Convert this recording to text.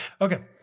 Okay